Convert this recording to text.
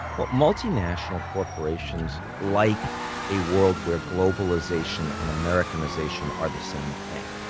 well, multinational corporations like a world where globalization and americanization are the same thing.